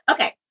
Okay